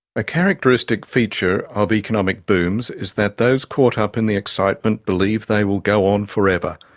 a characteristic feature of economic booms is that those caught up in the excitement believe they will go on forever.